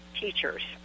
teachers